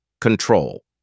Control